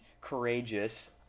courageous